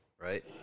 right